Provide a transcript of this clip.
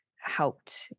helped